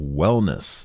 wellness